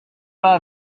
pas